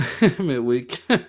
Midweek